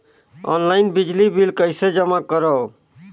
Online बिजली bill कइसे जमा करव?